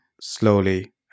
slowly